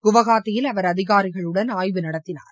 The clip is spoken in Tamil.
குவஹாத்தியில் அவர் அதிகாரிகளுடன் ஆய்வு நடத்தினார்